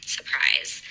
Surprise